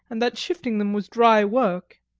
and that shifting them was dry work.